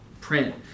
print